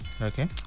Okay